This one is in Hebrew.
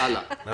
אני